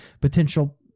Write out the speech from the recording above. potential